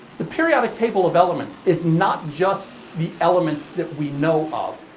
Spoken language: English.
the periodic table of elements is not just the elements that we know of.